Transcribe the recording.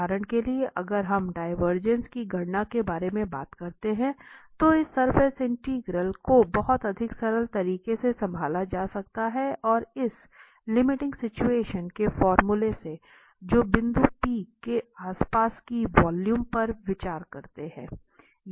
उदाहरण के लिए अगर हम डिवरजेंस की गणना के बारे में बात करते हैं तो इस सरफेस इंटीग्रल को बहुत अधिक सरल तरीके से संभाला जा सकता है और इस लिमिटिंग सिचुएशन के फॉर्मूले से जो बिंदु P के आसपास की वॉल्यूम पर विचार करते हुए